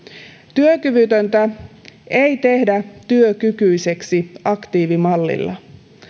työkyvytöntä ei tehdä työkykyiseksi aktiivimallilla